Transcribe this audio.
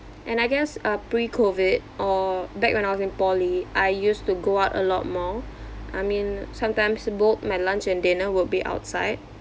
and I guess uh pre-COVID or back when I was in poly I used to go out a lot more I mean sometimes both my lunch and dinner will be outside